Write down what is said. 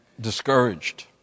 discouraged